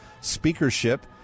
speakership